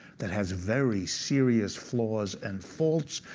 that has very serious flaws and faults,